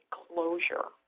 closure